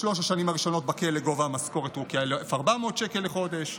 בשלוש השנים הראשונות בכלא גובה המשכורת הוא כ-1,400 שקל לחודש,